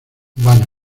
vana